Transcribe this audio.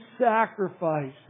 sacrifice